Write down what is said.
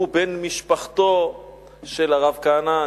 והוא בן משפחתו של הרב כהנא.